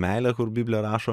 meilė kur biblija rašo